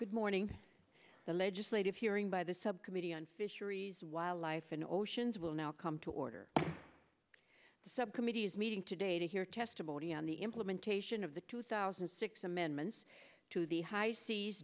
good morning the legislative hearing by the subcommittee on fisheries wildlife in or sions will now come to order the subcommittee is meeting today to hear testimony on the implementation of the two thousand and six amendments to the high seas